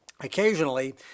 occasionally